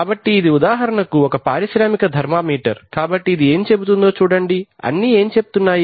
కాబట్టి ఇది ఉదాహరణకు ఒక పారిశ్రామిక థర్మామీటర్ కాబట్టి ఇది ఏమి చెబుతుందో చూడండి అన్నీ ఏమి చెప్తున్నాయి